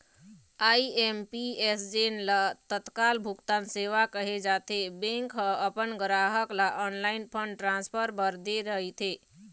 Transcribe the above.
IMPS जेन ल तत्काल भुगतान सेवा कहे जाथे, बैंक ह अपन गराहक ल ऑनलाईन फंड ट्रांसफर बर दे रहिथे